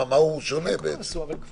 מה הוא שונה בעצם?